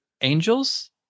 Angels